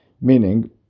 Meaning